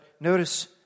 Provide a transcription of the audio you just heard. notice